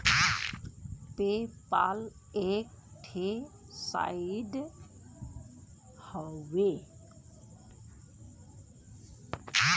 पे पाल एक ठे साइट हउवे